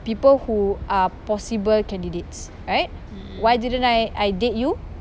people who are possible candidates right why didn't I I date you